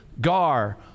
gar